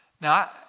Now